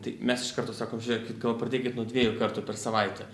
tai mes iš karto sakom žiūrėkit gal pradėkit nuo dviejų kartų per savaitę